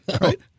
right